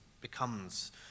becomes